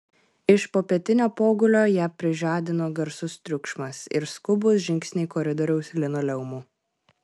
iš popietinio pogulio ją prižadino garsus triukšmas ir skubūs žingsniai koridoriaus linoleumu